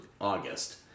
August